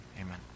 Amen